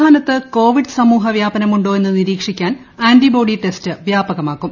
സംസ്ഥാനത്ത് കോവിഡ് സമൂഹവ്യാപനമുണ്ടോ എന്ന് നിരീക്ഷിക്കാൻ ആന്റിബോഡി ടെസ്റ്റ് വ്യാപകമാക്കും